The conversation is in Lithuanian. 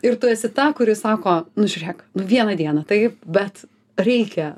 ir tu esi ta kuri sako nu žiūrėk vieną dieną taip bet reikia